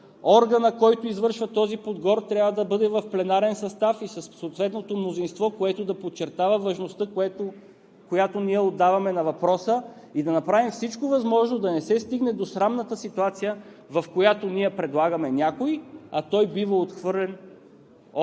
Органът, който извършва този подбор, трябва да бъде в пленарен състав и със съответното мнозинство, което да подчертава важността, която ние отдаваме на въпроса, и да направим всичко възможно да не се стигне до срамната ситуация, в която ние предлагаме някой, а той бива отхвърлен от